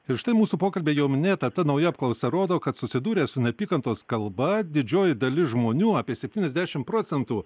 ir štai mūsų pokalbyje jau minėta ta nauja apklausa rodo kad susidūrę su neapykantos kalba didžioji dalis žmonių apie septyniasdešimt procentų